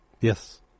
Yes